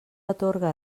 atorga